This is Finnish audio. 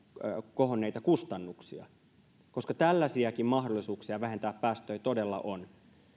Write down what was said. kohonneita kustannuksia koska tällaisiakin mahdollisuuksia vähentää päästöjä todella on